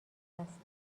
است